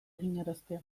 eginaraztea